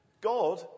God